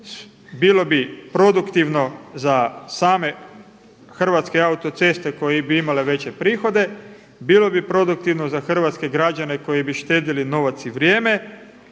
bilo bi produktivno za same Hrvatske autoceste koje bi imale veće prihode, bilo bi produktivno za hrvatske građane koji bi štedili novac i vrijeme